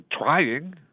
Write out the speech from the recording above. trying